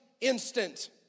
instant